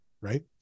right